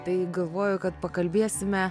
tai galvoju kad pakalbėsime